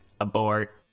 abort